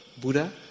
Buddha